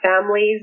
families